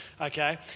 Okay